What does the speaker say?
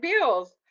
bills